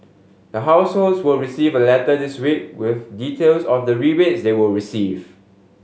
the households will receive a letter this week with details of the rebate they will receive